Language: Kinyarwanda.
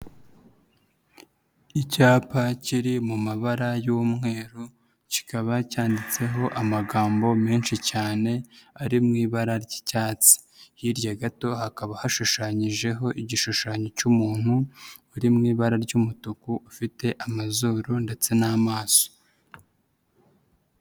Icyapa kiri mu mabara y'umweru kikaba cyanditseho amagambo menshi cyane ari mu ibara ry'icyatsi, hirya gato hakaba hashushanyijeho igishushanyo cy'umuntu uri mu ibara ry'umutuku ufite amazuru ndetse n'amaso.